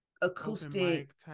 Acoustic